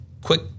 quick